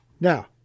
Now